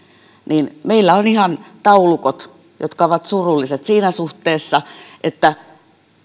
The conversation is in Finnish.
niin meillä on ihan taulukot jotka ovat surulliset siinä suhteessa